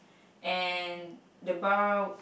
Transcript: and the bar